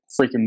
freaking